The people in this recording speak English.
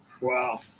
Wow